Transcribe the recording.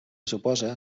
suposa